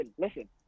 listen